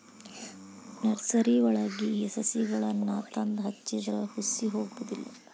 ನರ್ಸರಿವಳಗಿ ಸಸಿಗಳನ್ನಾ ತಂದ ಹಚ್ಚಿದ್ರ ಹುಸಿ ಹೊಗುದಿಲ್ಲಾ